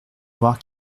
voir